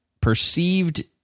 perceived